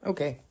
Okay